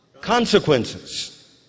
Consequences